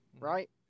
right